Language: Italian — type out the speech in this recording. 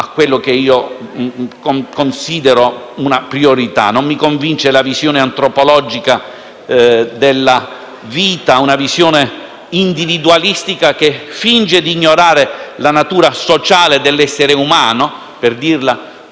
a quanto io considero una priorità. Non mi convince la visione antropologica della vita, una visione individualistica che finge di ignorare la natura sociale dell'essere umano, per dirla